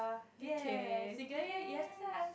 okay next